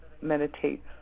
meditate